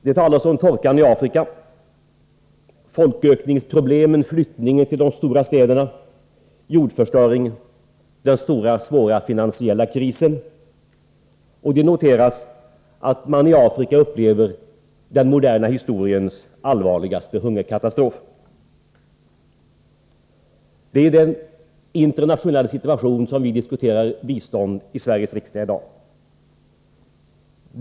Det talas om torkan i Afrika, folkökningsproblemen, flyttningen till de stora städerna, jordförstöringen, den stora och svåra finansiella krisen, och det noteras att man i Afrika upplever den moderna historiens allvarligaste hungerkatastrof. Det är i den internationella situationen vi i Sveriges riksdag i dag diskuterar biståndspolitiken.